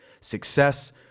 Success